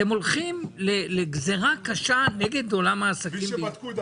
אתם הולכים לגזרה קשה נגד עולם העסקים בישראל --- בלי שבדקו.